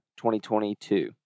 2022